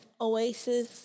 oasis